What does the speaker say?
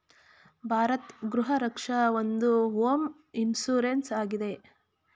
ಭಾರತ್ ಗೃಹ ರಕ್ಷ ಒಂದು home insurance ಆಗಿದೆ